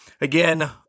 Again